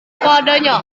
padanya